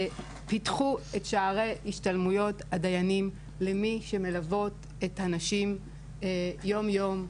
פתחו את שערי השתלמויות הדיינים למי שמלוות את הנשים יום יום,